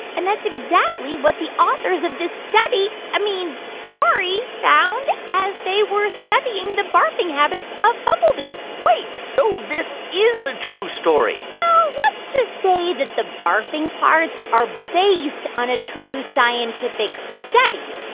and that's exactly what the authors of this study i mean, story found as they were studying the barfing habits of bumblebees wait. so this is a true story well, let's just say that the barfing parts are based on a true scientific study.